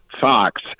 Fox